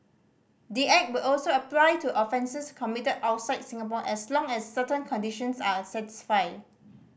the Act will also apply to offences committed outside Singapore as long as certain conditions are satisfied